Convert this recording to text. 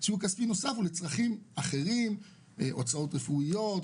סיוע כספי נוסף: הוצאות רפואיות,